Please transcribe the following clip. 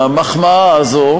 המחמאה הזאת.